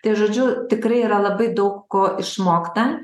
tai žodžiu tikrai yra labai daug ko išmokta